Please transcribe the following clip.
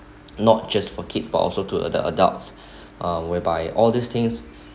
not just for kids but also to the adults uh whereby all these things